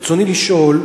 רצוני לשאול: